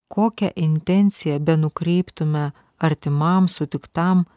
kokią intenciją benukreiptume artimam sutiktam